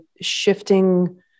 shifting